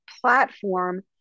platform